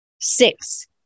Six